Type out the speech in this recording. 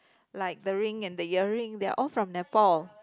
like the ring and earring they are all from Nepal